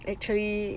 actually